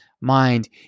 mind